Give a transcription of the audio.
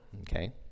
okay